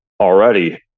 already